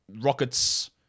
Rockets